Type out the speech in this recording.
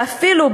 ואפילו,